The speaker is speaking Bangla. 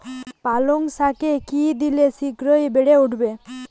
পালং শাকে কি দিলে শিঘ্র বেড়ে উঠবে?